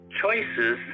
Choices